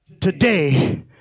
today